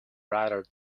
rather